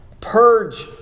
purge